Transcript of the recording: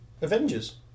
Avengers